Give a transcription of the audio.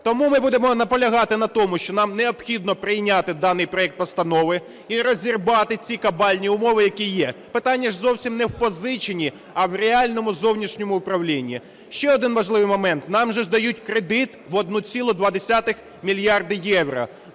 Тому ми будемо наполягати на тому, що нам необхідно прийняти даний проект постанови і розірвати ці кабальні умови, які є. Питання ж зовсім не в позиченні, а в реальному зовнішньому управлінні. Ще один важливий момент, нам же дають кредит в 1,2 мільярда євро.